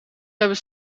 hebben